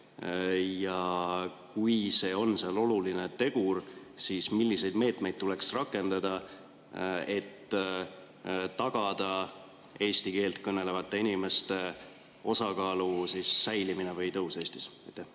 Kui see on oluline tegur, siis milliseid meetmeid tuleks rakendada, et tagada eesti keelt kõnelevate inimeste osakaalu säilimine või tõus Eestis?